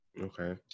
Okay